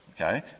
okay